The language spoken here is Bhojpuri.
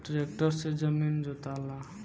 ट्रैक्टर से जमीन जोताला